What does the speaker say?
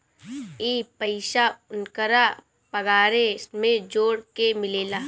ई पइसा ओन्करा पगारे मे जोड़ के मिलेला